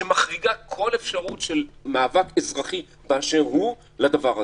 שמחריגה כל אפשרות של מאבק אזרחי באשר הוא לדבר הזה.